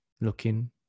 looking